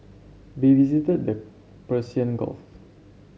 we visited the Persian Gulf